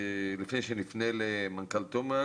לפני שנפנה למנכ"ל תומקס,